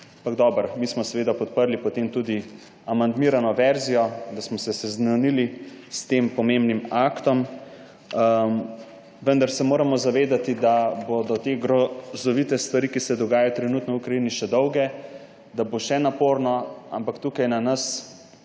mi smo seveda podprli potem tudi amandmirano verzijo, da smo se seznanili s tem pomembnim aktom. Vendar se moramo zavedati, da bodo te grozovite stvari, ki se dogajajo trenutno v Ukrajini, še dolge, da bo še naporno. Ampak tukaj je na